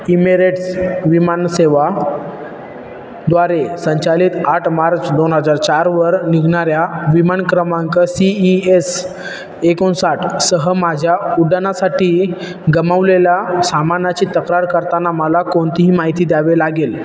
Emirates विमानसेवाद्वारे संचालित आठ मार्च दोन हजार चारवर निघणाऱ्या विमान क्रमांक सी ई एस एकोणसाठसह माझ्या उड्डाणासाठी गमवलेल्या सामानाची तक्रार करताना मला कोणतीही माहिती द्यावी लागेल